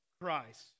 Christ